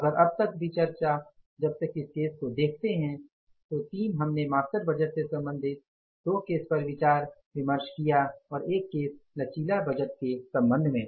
अगर अब तक की चर्चा तक इस केस को देखते है तो तीन हमने मास्टर बजट से सम्बंधित दो केस पर विचार विमर्श किआ और एक केस लचीला बजट के संबंध में